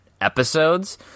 episodes